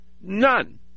None